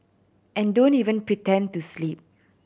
and don't even pretend to sleep